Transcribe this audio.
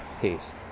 Peace